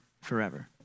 forever